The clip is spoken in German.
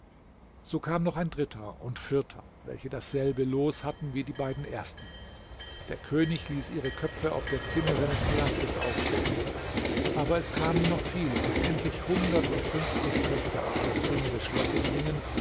so kam noch ein dritter und vierter welche dasselbe los hatten wie die beiden ersten der könig ließ ihre köpfe auf der zinne seines palastes aufstecken aber es kamen noch viele bis endlich hundert und fünfzig köpfe auf der zinne des schlosses hingen